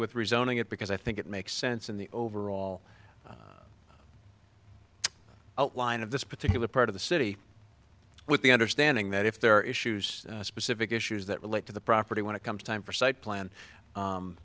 with rezoning it because i think it makes sense in the overall outline of this particular part of the city with the understanding that if there are issues specific issues that relate to the property when it comes time for site plan